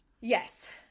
yes